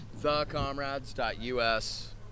Thecomrades.us